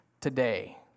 today